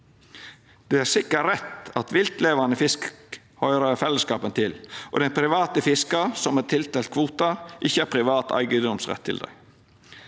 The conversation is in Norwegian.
Det er sikker rett at viltlevande fisk høyrer fellesskapen til, og at den private fiskaren som er tildelt kvotar, ikkje har privat eigedomsrett til dei.